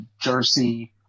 Jersey